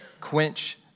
quench